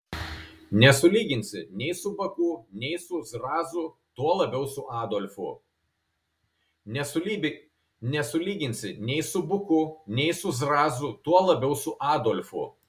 nesulyginsi nei su buku nei su zrazu tuo labiau su adolfu